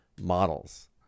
models